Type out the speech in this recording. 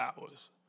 hours